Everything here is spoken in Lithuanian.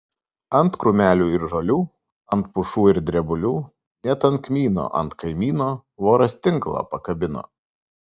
ant krūmelių ir žolių ant pušų ir drebulių net ant kmyno ant kaimyno voras tinklą pakabino